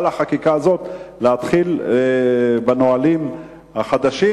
החקיקה הזאת צריך להתחיל בנהלים חדשים,